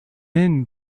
then